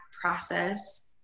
process